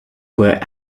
were